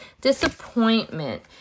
Disappointment